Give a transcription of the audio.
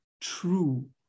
true